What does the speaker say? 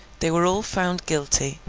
they were all found guilty,